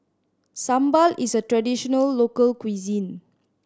sambal is a traditional local cuisine